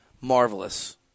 Marvelous